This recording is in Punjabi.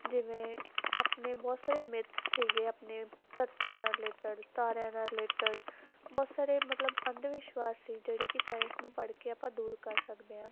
ਜਿਵੇਂ ਆਪਣੇ ਬਹੁਤ ਸਾਰੇ ਮਿਥ ਸੀਗੇ ਆਪਣੇ ਧਰਤੀ ਨਾਲ ਰਿਲੇਟਡ ਤਾਰਿਆਂ ਨਾਲ ਰਿਲੇਟਡ ਬਹੁਤ ਸਾਰੇ ਮਤਲਬ ਅੰਧ ਵਿਸ਼ਵਾਸ ਸੀ ਜਿਹੜੇ ਕਿ ਸਾਇੰਸ ਨੂੰ ਪੜ੍ਹ ਕੇ ਆਪਾਂ ਦੂਰ ਕਰ ਸਕਦੇ ਆਂ